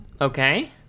Okay